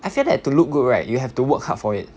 I feel that to look good right you have to work hard for it